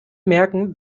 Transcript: merken